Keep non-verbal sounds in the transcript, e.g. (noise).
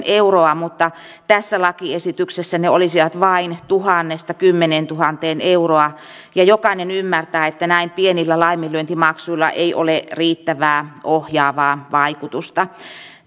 (unintelligible) euroa mutta tässä lakiesityksessä ne olisivat vain tuhat viiva kymmenentuhatta euroa ja jokainen ymmärtää että näin pienillä laiminlyöntimaksuilla ei ole riittävää ohjaavaa vaikutusta